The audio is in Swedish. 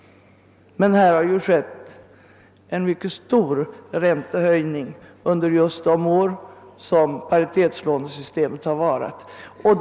Men här har ju skett en mycket stor räntehöjning under just de år då paritetslånestystemet har tillämpats.